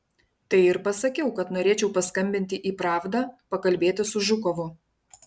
tai ir pasakiau kad norėčiau paskambinti į pravdą pakalbėti su žukovu